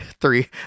Three